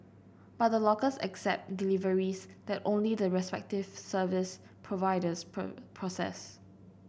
but the lockers accept deliveries that only the respective service providers process